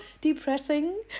depressing